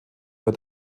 wird